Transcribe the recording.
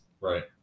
right